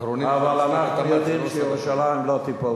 אבל אנחנו יודעים שירושלים לא תיפול,